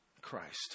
Christ